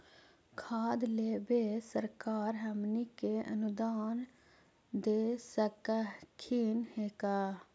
खाद लेबे सरकार हमनी के अनुदान दे सकखिन हे का?